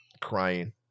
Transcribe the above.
crying